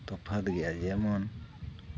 ᱛᱚᱯᱷᱟᱛ ᱜᱮᱭᱟ ᱡᱮᱢᱚᱱ